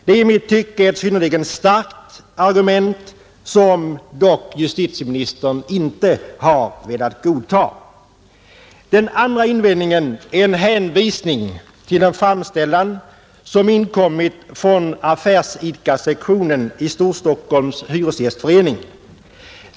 Det är i mitt tycke ett synnerligen starkt argument som dock justitieministern inte har velat godta. Den andra invändningen är en hänvisning till en framställning som inkommit från affärsidkarsektionen i Hyresgästföreningen i Stor-Stockholm.